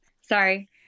sorry